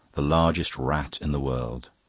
the largest rat in the world.